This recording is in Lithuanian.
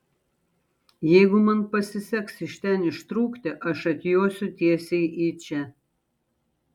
jeigu man pasiseks iš ten ištrūkti aš atjosiu tiesiai į čia